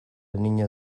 niña